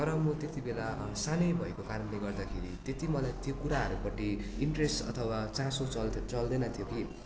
तर मो त्यत्तिबेला सानै भएको कारणले गर्दाखेरि त्यत्ति मलाई त्यो कुराहरूपट्टि इन्ट्रेस्ट अथवा चासो चल चल्दैन थियो कि